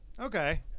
Okay